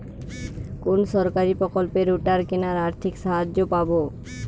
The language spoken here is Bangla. কোন সরকারী প্রকল্পে রোটার কেনার আর্থিক সাহায্য পাব?